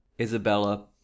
Isabella